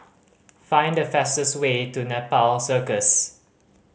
find the fastest way to Nepal Circus